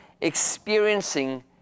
experiencing